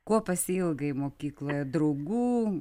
ko pasiilgai mokykloje draugų